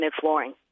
flooring